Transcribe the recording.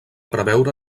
preveure